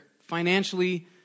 Financially